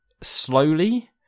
slowly